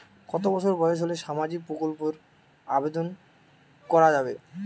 কত বছর বয়স হলে সামাজিক প্রকল্পর আবেদন করযাবে?